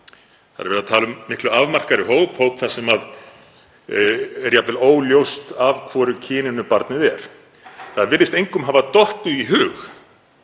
Þar er verið að tala um miklu afmarkaðri hóp þar sem er jafnvel óljóst af hvoru kyninu barnið er. Það virðist engum hafi dottið í hug